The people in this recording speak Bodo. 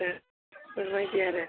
अ बेफोरबायदि आरो